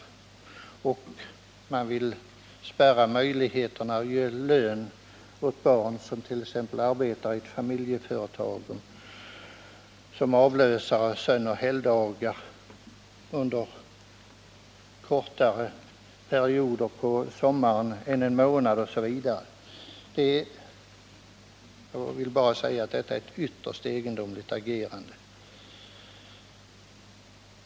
Man vill spärra möjligheterna att ge lön åt barn som arbetar i familjeföretag som avlösare sönoch helgdagar, under kortare perioder på sommaren än en månad, osv. Jag vill bara säga att det är ett ytterst egendomligt agerande.